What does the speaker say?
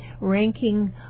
ranking